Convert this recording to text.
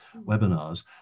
webinars